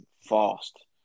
fast